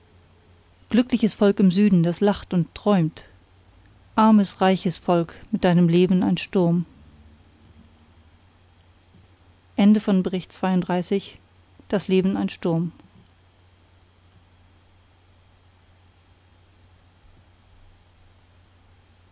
glückliches volk im süden das lacht und träumt armes reiches volk mit deinem leben ein sturm